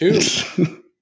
two